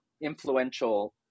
influential